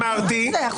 מה זה החוצפה הזאת?